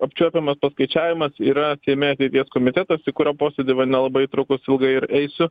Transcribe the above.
apčiuopiamas paskaičiavimas yra seime ateities komitetas į kurio posėdį vat nelabai trukus ilgai ir eisiu